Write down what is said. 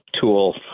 tool